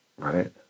Right